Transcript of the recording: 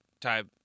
type